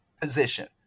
position